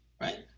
Right